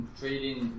trading